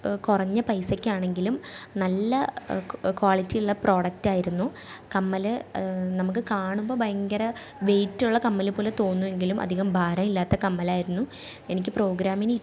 കുറഞ്ഞ പൈസയ്ക്കാണെങ്കിലും നല്ല കോളിറ്റിയുള്ള പ്രോഡക്റ്റ് ആയിരുന്നു കമ്മൽ നമ്മൾക്ക് കാണുമ്പോൾ ഭയങ്കര വെയ്റ്റുള്ള കമ്മൽ പോലെ തോന്നുമെങ്കിലും അധികം ഭാരം ഇല്ലാത്ത കമ്മലായിരുന്നു എനിക്ക് പ്രോഗ്രാമിന് ഇട്ട് പോയിട്ടും